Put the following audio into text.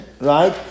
right